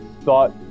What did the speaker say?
thought